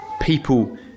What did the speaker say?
people